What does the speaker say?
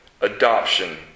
adoption